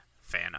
fan